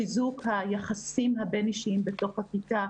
חיזוק היחסים הבין-אישיים בתוך הכיתה.